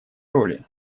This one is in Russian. роли